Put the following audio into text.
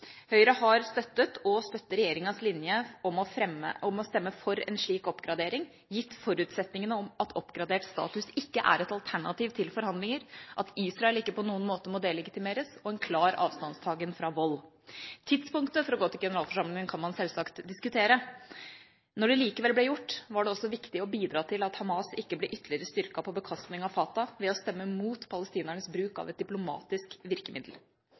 Høyre har støttet og støtter regjeringas linje om å stemme for en slik oppgradering, gitt forutsetningene om at oppgradert status ikke er et alternativ til forhandlinger, at Israel ikke på noen måte må delegitimeres og en klar avstandstagen fra vold. Tidspunktet for å gå til generalforsamlingen kan man sjølsagt diskutere. Når det likevel ble gjort, var det også viktig å bidra til at Hamas ikke ble ytterligere styrket på bekostning av Fatah ved å stemme mot palestinernes bruk av et diplomatisk virkemiddel.